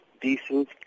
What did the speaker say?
decent